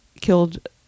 killed—